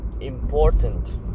important